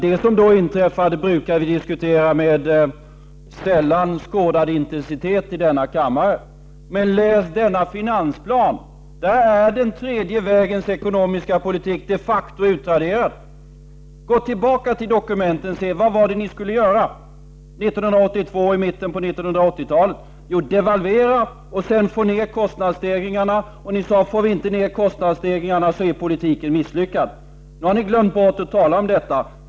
Det som då inträffade brukar vi med sällan skådad intensitet diskutera i denna kammare. Läs denna finansplan! Där är tredje vägens ekonomiska politik de facto utraderad. Gå tillbaka till dokumenten! Vad var det ni skulle göra 1982 och i mitten av 80-talet? Jo, ni skulle devalvera och få ned kostnadsstegringarna. Ni sade: Om vi inte får ned kostnadsstegringarna, är politiken misslyckad. Nu har ni glömt att tala om detta.